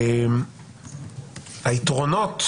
היתרונות,